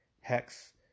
Hex